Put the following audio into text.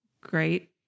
great